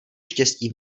štěstí